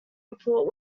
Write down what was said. report